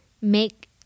make